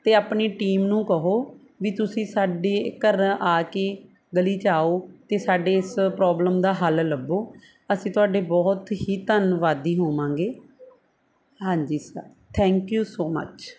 ਅਤੇ ਆਪਣੀ ਟੀਮ ਨੂੰ ਕਹੋ ਵੀ ਤੁਸੀਂ ਸਾਡੇ ਘਰ ਆ ਕੇ ਗਲੀ 'ਚ ਆਓ ਅਤੇ ਸਾਡੇ ਇਸ ਪ੍ਰੋਬਲਮ ਦਾ ਹੱਲ ਲੱਭੋ ਅਸੀਂ ਤੁਹਾਡੇ ਬਹੁਤ ਹੀ ਧੰਨਵਾਦੀ ਹੋਵਾਂਗੇ ਹਾਂਜੀ sir thank you so much